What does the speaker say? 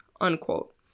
unquote